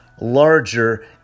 larger